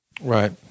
Right